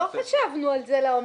לא חשבנו על זה לעומק.